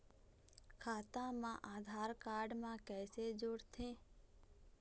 खाता मा आधार कारड मा कैसे जोड़थे?